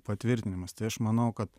patvirtinimas tai aš manau kad